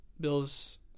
Bills